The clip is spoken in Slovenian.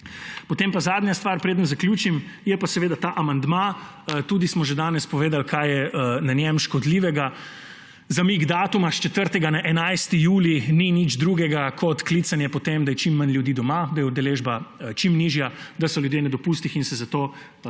Potem zadnja stvar, preden zaključim, je pa seveda ta amandma. Tudi smo že danes povedali, kaj je na njem škodljivega. Zamik datuma s 4. na 11. julij ni nič drugega kot klicanje po tem, da je čim manj ljudi doma, da je udeležba čim nižja, da so ljudje na dopustih in se zato